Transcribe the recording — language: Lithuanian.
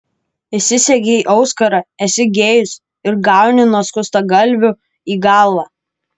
įsisegei auskarą esi gėjus ir gauni nuo skustagalvių į galvą